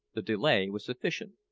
the delay was sufficient.